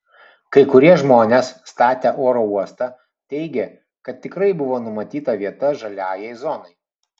kai kurie žmonės statę oro uostą teigė kad tikrai buvo numatyta vieta žaliajai zonai